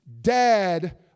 dad